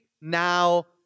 now